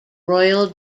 royal